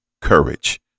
courage